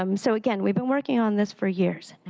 um so again, we've been working on this for years,